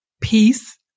peace